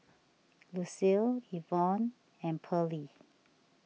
Lucile Evon and Pearley